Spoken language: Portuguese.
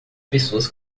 pessoas